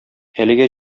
әлегә